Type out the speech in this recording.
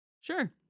Sure